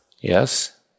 yes